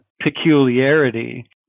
peculiarity